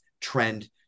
trend